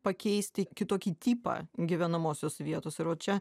pakeisti kitokį tipą gyvenamosios vietos ir va čia